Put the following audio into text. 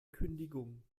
kündigung